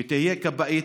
שתהיה כבאית.